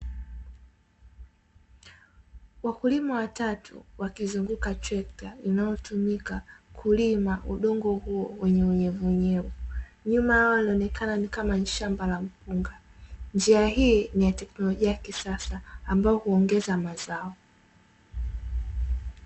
Wakulima watatu wakizunguka trekta linalotumika kulima udongo huo wenye unyevunyevu. Nyuma yao inaonekana ni kama ni shamba la mpunga; njia hii ni ya teknolojia ya kisasa ambayo huongeza mazao